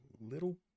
Little